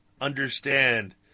understand